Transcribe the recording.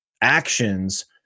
actions